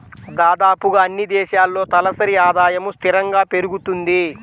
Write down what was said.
దాదాపుగా అన్నీ దేశాల్లో తలసరి ఆదాయము స్థిరంగా పెరుగుతుంది